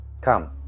Come